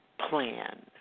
plan